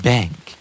Bank